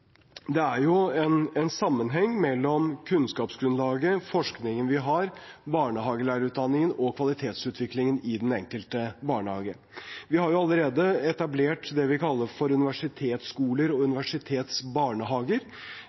Det er en sammenheng mellom kunnskapsgrunnlaget, den forskningen vi har, barnehagelærerutdanningen og kvalitetsutviklingen i den enkelte barnehage. Vi har allerede etablert det vi kaller for universitetsskoler og universitetsbarnehager,